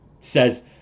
says